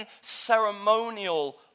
ceremonial